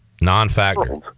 Non-factor